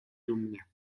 dumnie